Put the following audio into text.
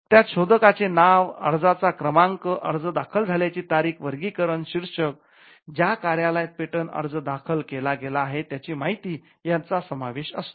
त्यात शोधकांचे नाव अर्जाचा क्रमांकअर्ज दाखल झाल्याची तारीख वर्गीकरण शीर्षक ज्या कार्यालयात पेटंट अर्ज दाखल केला गेला आहे त्याची माहिती यांचा समावेश असतो